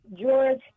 George